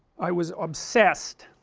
i was obsessed,